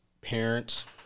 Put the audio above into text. parents